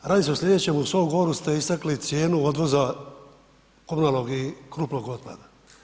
Radi se o slijedećem, u svom govoru ste istakli cijenu odvoza komunalnog i krupnog otpada.